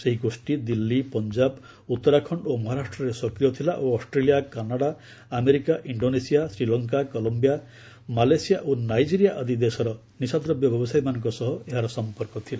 ସେହି ଗୋଷ୍ଠୀ ଦିଲ୍ଲୀ ପଞ୍ଜାବ ଉତ୍ତରାଖଣ୍ଡ ଓ ମହାରାଷ୍ଟ୍ରରେ ସକ୍ରିୟ ଥିଲା ଓ Australia Canada America Indonesia Sri Lanka Colombia Malaysia ଓ ନାଇଜେରିଆ ଆଦି ଦେଶର ନିଶାଦ୍ରବ୍ୟ ବ୍ୟବସାୟୀମାନଙ୍କ ସହ ଏହାର ସମ୍ପର୍କ ଥିଲା